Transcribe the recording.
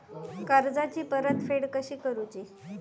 कर्जाची परतफेड कशी करुची?